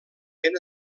ben